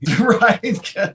right